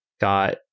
got